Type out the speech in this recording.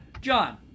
John